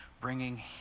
bringing